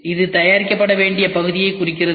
இது தயாரிக்கப்பட வேண்டிய பகுதியைக் குறிக்கிறது